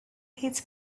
his